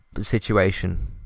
situation